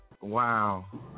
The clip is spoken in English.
wow